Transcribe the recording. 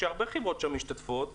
שהרבה חברות משתתפות שם,